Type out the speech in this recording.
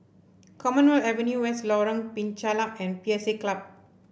Commonwealth Avenue West Lorong Penchalak and P S A Club